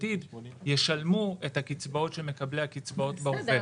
בעתיד ישלמו את הקצבאות של מקבלי הקצאות בהווה.